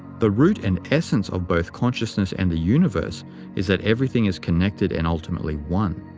the root and essence of both consciousness and the universe is that everything is connected and ultimately one.